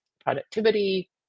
productivity